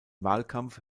wahlkampf